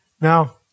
Now